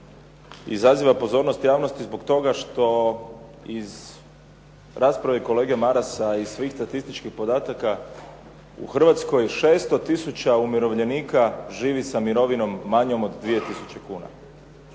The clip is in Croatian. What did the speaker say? izaziva pozornost javnosti zbog toga što iz rasprave kolege Marasa, iz svih statističkih podataka u Hrvatskoj 600 tisuća umirovljenika živi sa mirovinom manjom od 2000 kuna.